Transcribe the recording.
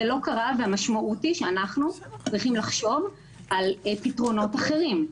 המשמעות היא שאנחנו צריכים לחשוב על פתרונות אחרים,